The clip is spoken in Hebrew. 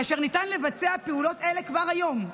כאשר ניתן לבצע פעולות אלה כבר היום,